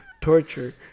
Torture